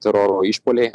teroro išpuoliai